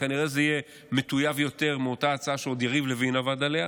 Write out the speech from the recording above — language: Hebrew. כנראה זה יהיה מטויב יותר מאותה הצעה שעוד יריב לוין עבד עליה,